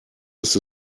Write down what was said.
ist